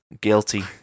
guilty